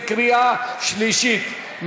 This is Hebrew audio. בקריאה שלישית.